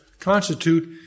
constitute